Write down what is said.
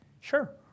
sure